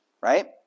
right